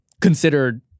considered